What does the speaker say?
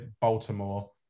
Baltimore